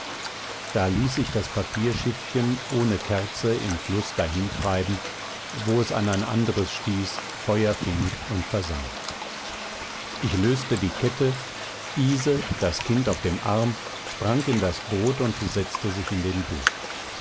da ließ ich das papierschiffchen ohne kerze im fluß dahintreiben wo es an ein anderes stieß feuer fing und versank ich löste die kette ise das kind auf dem arm sprang in das boot und setzte sich in den bug